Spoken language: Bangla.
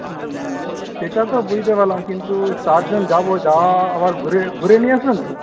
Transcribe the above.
সেটা তো বুঝতে পারলাম কিন্তু চারজন যাবো যাওয়া আবার ঘুরে ঘুরে নিয়ে আসবেন তো